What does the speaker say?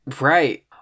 Right